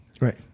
Right